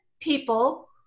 People